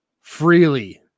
freely